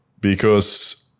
because-